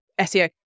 SEO